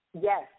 Yes